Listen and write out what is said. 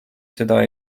seda